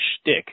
shtick